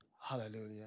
Hallelujah